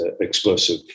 explosive